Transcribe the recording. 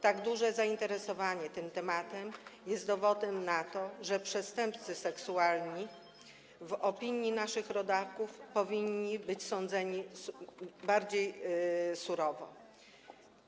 Tak duże zainteresowanie tym tematem jest dowodem na to, że przestępcy seksualni w opinii naszych rodaków powinni być sądzeni bardziej surowo.